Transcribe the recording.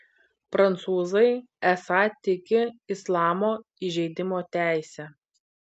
prancūzai esą tiki islamo įžeidimo teise